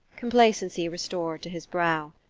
complacency restored to his brow.